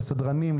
לסדרנים,